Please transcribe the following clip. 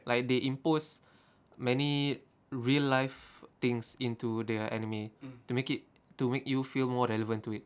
like they impose many real life things into their anime to make it to make you feel more relevant to it